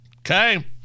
Okay